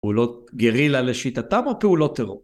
‫הוא לא גרילה לשיטתם ‫או כי הוא לא טרור?